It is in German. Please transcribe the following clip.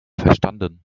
verstanden